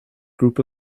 group